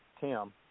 Tim